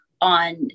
on